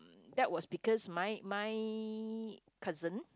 that was because my my cousin